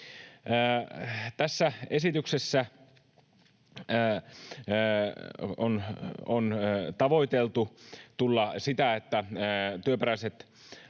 Tässä esityksessä on tavoiteltu sitä, että työperäiset